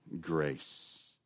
grace